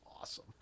awesome